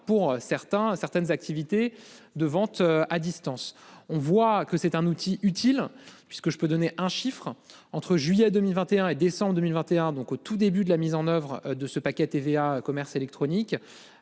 certaines activités de vente à distance, on voit que c'est un outil utile puisque je peux donner un chiffre. Entre juillet 2021 et décembre 2021 donc au tout début de la mise en oeuvre de ce paquet TVA commerce électronique